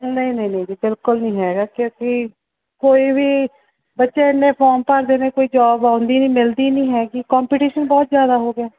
ਨਹੀਂ ਨਹੀਂ ਨਹੀਂ ਜੀ ਬਿਲਕੁਲ ਨਹੀਂ ਹੈਗਾ ਕਿਉਂਕਿ ਕੋਈ ਵੀ ਬੱਚੇ ਇੰਨੇ ਫੋਰਮ ਭਰਦੇ ਨੇ ਕੋਈ ਜੋਬ ਆਉਂਦੀ ਨਹੀਂ ਮਿਲਦੀ ਨਹੀਂ ਹੈਗੀ ਕੋਂਪੀਟੀਸ਼ਨ ਬਹੁਤ ਜ਼ਿਆਦਾ ਹੋ ਗਿਆ